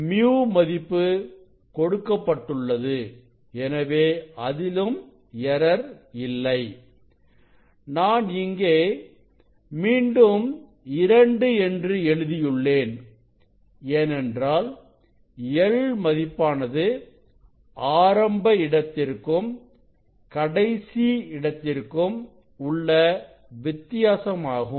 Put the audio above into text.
µ மதிப்பு கொடுக்கப்பட்டுள்ளது எனவே அதிலும் எரர் இல்லை நான் இங்கே மீண்டும் 2 என்று எழுதியுள்ளேன் ஏனென்றால் l மதிப்பானது ஆரம்ப இடத்திற்கும் கடைசி இடத்திற்கும் உள்ள வித்தியாசமாகும்